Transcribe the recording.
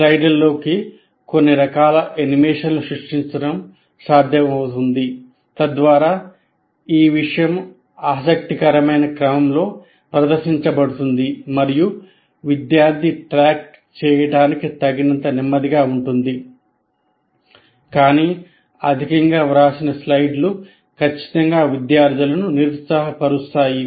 స్లైడ్లలోకి కొన్ని రకాల యానిమేషన్లను సృష్టించడం సాధ్యమవుతుంది తద్వారా ఈ విషయం ఆసక్తికరమైన క్రమంలో ప్రదర్శించబడుతుంది మరియు విద్యార్థి ట్రాక్ చేయడానికి తగినంత నెమ్మదిగా ఉంటుంది కానీ అధికంగా వ్రాసిన స్లైడ్లు ఖచ్చితంగా విద్యార్థులను నిరుత్సాహ పరుస్తాయి